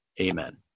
Amen